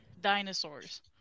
dinosaurs